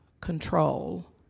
control